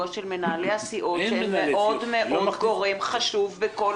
של מנהלי הסיעות שהם גורם חשוב מאוד בכל